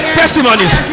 testimonies